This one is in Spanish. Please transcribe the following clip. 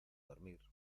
dormir